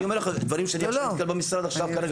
אני אומר לך דברים שאני נתקל במשרד כרגע.